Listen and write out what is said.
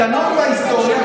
קטנות בהיסטוריה,